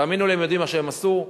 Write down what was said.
תאמינו לי, הם יודעים מה שהם עשו.